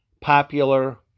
popular